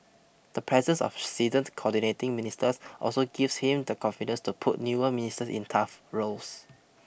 the presence of seasoned coordinating ministers also gives him the confidence to put newer ministers in tough roles